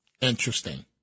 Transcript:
Interesting